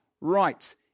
right